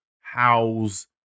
house